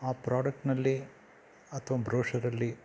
ಆ ಪ್ರಾಡಕ್ಟ್ನಲ್ಲಿ ಅಥವಾ ಬ್ರೋಷರಲ್ಲಿ